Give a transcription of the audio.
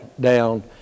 down